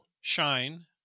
Shine